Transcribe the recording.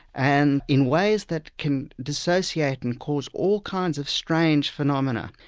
and in ways that can dissociate and cause all kinds of strange phenomena.